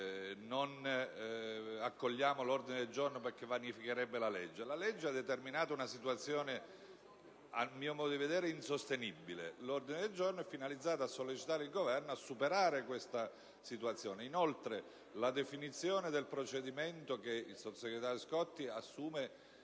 si accoglie l'ordine del giorno perché vanificherebbe la legge. La legge ha determinato una situazione a mio modo di vedere insostenibile e l'ordine del giorno in esame è finalizzato a sollecitare il Governo a superarla. Inoltre, la definizione del procedimento che il sottosegretario Scotti assume